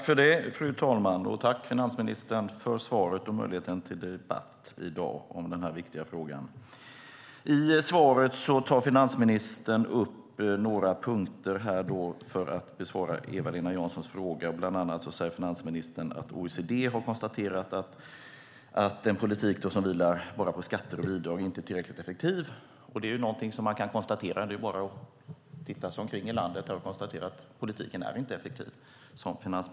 Fru talman! Jag tackar finansministern för svaret och möjligheten till debatt i dag om denna viktiga fråga. I svaret tar finansministern upp några punkter för att besvara Eva-Lena Janssons interpellation. Bland annat säger finansministern att OECD har konstaterat att en politik som vilar bara på skatter och bidrag inte är tillräckligt effektiv. Det är någonting som man kan konstatera. Det är bara att titta sig omkring här i landet. Då kan man konstatera att den politik som finansministern står för inte är effektiv.